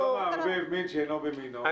אני לא מערבב מין שאינו במינו,